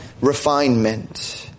refinement